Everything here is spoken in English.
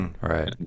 Right